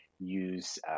use